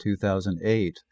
2008